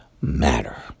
matter